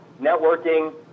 networking